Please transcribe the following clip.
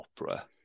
opera